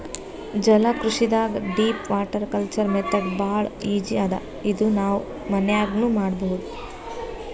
ಜಲಕೃಷಿದಾಗ್ deep water culture method ಭಾಳ್ easy ಅದಾ ಇದು ನಾವ್ ಮನ್ಯಾಗ್ನೂ ಮಾಡಬಹುದ್